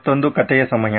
ಮತ್ತೊಂದು ಕಥೆಯ ಸಮಯ